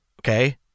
okay